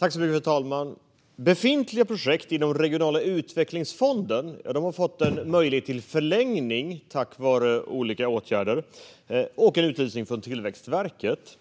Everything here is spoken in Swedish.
Fru talman! Befintliga projekt inom Europeiska regionala utvecklingsfonden har fått en möjlighet till förlängning tack vare olika åtgärder och en utlysning från Tillväxtverket.